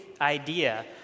idea